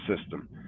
system